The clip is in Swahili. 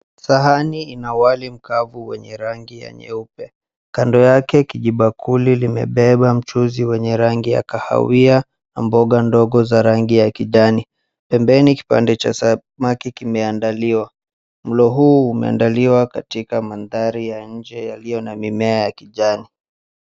Sahani ina wali mkavu wenye rangi ya nyeupe. Kando yake kijibakuli limebeba mchuzi wenye rangi ya kahawia na mboga ndogo za rangi ya kijani. Pembeni kipande cha samaki kimeandaliwa. Mlo huu umeandaliwa katika mandhari ya nje yaliyo na mimea ya kijani.